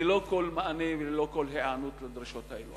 ללא כל מענה וללא כל היענות לדרישות האלה.